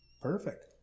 Perfect